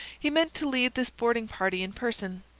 he meant to lead this boarding-party in person.